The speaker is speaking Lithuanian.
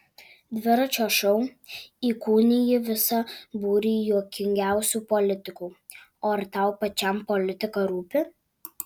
dviračio šou įkūniji visą būrį juokingiausių politikų o ar tau pačiam politika rūpi